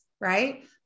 right